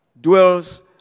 Dwells